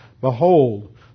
Behold